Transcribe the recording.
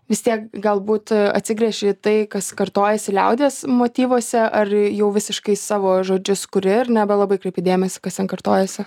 vis tiek galbūt atsigręži į tai kas kartojasi liaudies motyvuose ar jau visiškai savo žodžius kuri ir nebelabai kreipi dėmesį kas ten kartojasi